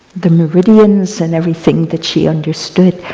the meridians and everything that she understood.